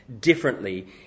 differently